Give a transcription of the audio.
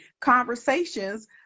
conversations